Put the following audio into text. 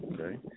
Okay